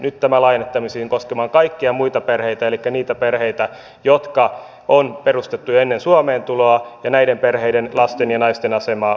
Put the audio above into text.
nyt tämä laajennettaisiin koskemaan kaikkia muita perheitä elikkä niitä perheitä jotka on perustettu jo ennen suomeen tuloa ja näiden perheiden lasten ja naisten asemaa vaikeutettaisiin